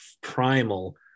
primal